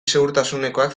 segurtasunekoak